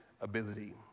ability